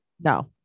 No